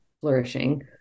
flourishing